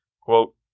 quote